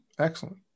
excellent